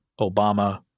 Obama